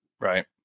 Right